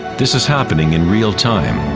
this is happening in real time.